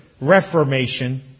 reformation